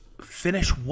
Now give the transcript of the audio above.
Finish